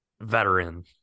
veteran